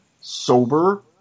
sober